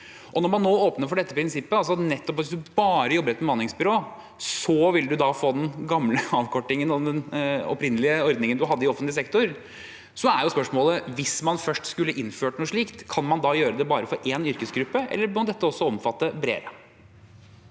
Når man nå åpner for dette prinsippet, altså at hvis du bare jobber i et bemanningsbyrå, så vil du få den gamle avkortingen og den opprinnelige ordningen du hadde i offentlig sektor, da er jo spørsmålet: Hvis man først skulle innført noe slikt, kan man da gjøre det bare for én yrkesgruppe, eller må dette også omfatte bredere?